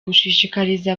gushishikariza